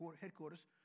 headquarters